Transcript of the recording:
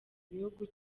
igihugu